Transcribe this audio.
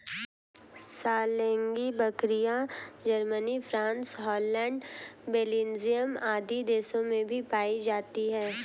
सानेंइ बकरियाँ, Germany, France, Holland, Belgium आदि देशों में भी पायी जाती है